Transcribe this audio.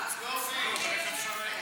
לוחם ידוע למען הקהילה,